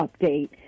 update